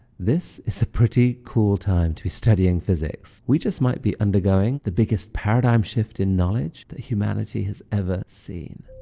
this is a pretty cool time to be studying physics. we just might be undergoing the biggest paradigm shift in knowledge that humanity has ever seen.